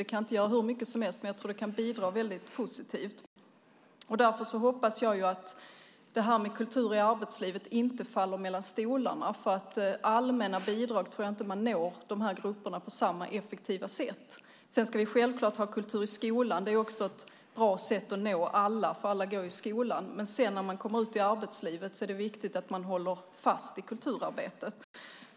Den kan inte göra hur mycket som helst, men jag tror att den kan bidra väldigt positivt. Jag hoppas därför att Kultur i arbetslivet inte faller mellan stolarna, för med allmänna bidrag tror jag inte att man når dessa grupper på samma effektiva sätt. Sedan ska vi självklart ha kultur i skolan - det är också ett bra sätt att nå alla, för alla går i skolan - men sedan, när människor kommer ut i arbetslivet, är det viktigt att vi håller fast vid kulturarbetet.